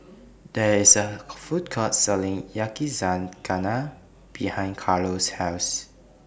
There IS A Food Court Selling Yakizakana behind Carlo's House